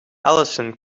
alison